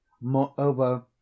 Moreover